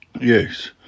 Yes